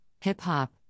hip-hop